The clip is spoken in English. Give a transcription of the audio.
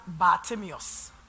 Bartimius